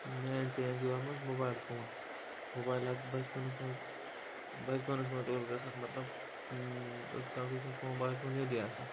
main change گومُت mobile phone mobile اکھ چھُ بَچپَنَس منٛز بَچپَنَس منٛز اوس گژھان مطلب آسان